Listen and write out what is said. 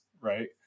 Right